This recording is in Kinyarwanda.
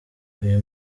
uyu